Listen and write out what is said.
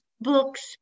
books